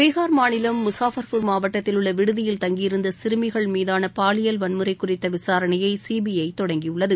பீகார் மாநிலம் முசாபர்பூர் மாவட்டத்தில் உள்ள விடுதியில் தங்கியிருந்த சிறுமிகள் மீதான பாலியல் வன்முறை குறித்த விசாரணையை சிபிஜ தொடங்கியுள்ளது